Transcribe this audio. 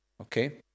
Okay